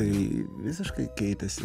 tai visiškai keitėsi